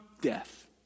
Death